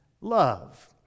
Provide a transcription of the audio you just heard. love